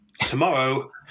Tomorrow